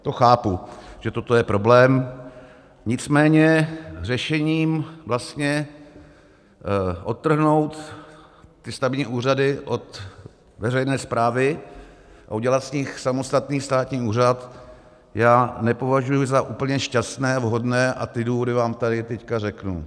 To chápu, že toto je problém, nicméně řešení vlastně odtrhnout stavební úřady od veřejné správy a udělat z nich samostatný státní úřad, nepovažuji za úplně šťastné a vhodné a důvody vám tady teď řeknu.